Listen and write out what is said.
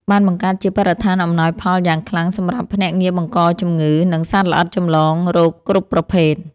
បានបង្កើតជាបរិស្ថានអំណោយផលយ៉ាងខ្លាំងសម្រាប់ភ្នាក់ងារបង្កជំងឺ និងសត្វល្អិតចម្លងរោគគ្រប់ប្រភេទ។